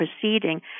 proceeding